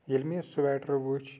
ییٚلہِ مےٚ یہِ سویٹر وٕچھ